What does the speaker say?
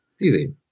easy